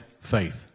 faith